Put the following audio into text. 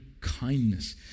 Kindness